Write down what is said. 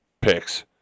picks